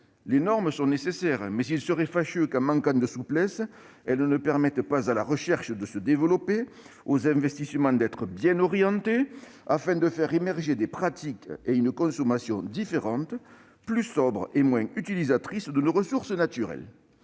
Les normes sont nécessaires. Mais il serait fâcheux que, faute de souplesse, elles ne permettent ni à la recherche de se développer ni aux investissements d'être bien orientés pour faire émerger des pratiques et une consommation différentes, plus sobres et moins utilisatrices de nos ressources naturelles.